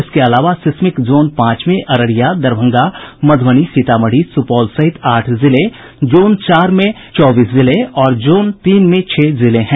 इसके अलावा seismic zone पांच में अररिया दरभंगा मध्रबनी सीतामढ़ी सुपौल सहित आठ जिले जोन चार में चौबीस जिले और जोन तीन में छह जिले हैं